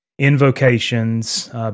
invocations